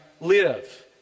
live